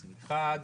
אחד,